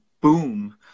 boom